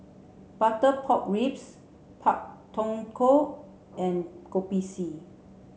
butter pork ribs Pak Thong Ko and Kopi C